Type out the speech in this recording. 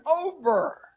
over